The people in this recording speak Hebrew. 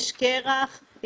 יש קרח,